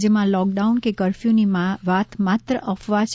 રાજ્યમાં લોકડાઉન કે કર્ફયુની વાત માત્ર અફવા છે